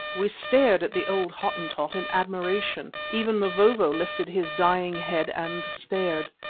we stared at the old hottentot in admiration, even mavovo lifted his dying head and stared.